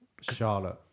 Charlotte